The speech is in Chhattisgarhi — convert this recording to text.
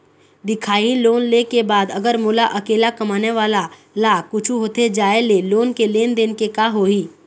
दिखाही लोन ले के बाद अगर मोला अकेला कमाने वाला ला कुछू होथे जाय ले लोन के लेनदेन के का होही?